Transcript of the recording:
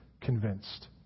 convinced